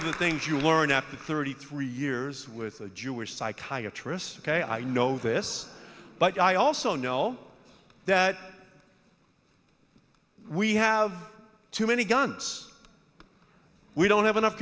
of the things you learn after thirty three years with jewish psychiatry ok i know this but i also know that we have too many guns we don't have enough